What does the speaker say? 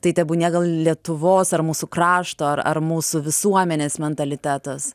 tai tebūnie gal lietuvos ar mūsų krašto ar ar mūsų visuomenės mentalitetas